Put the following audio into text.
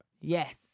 Yes